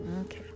Okay